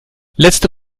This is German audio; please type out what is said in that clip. letzte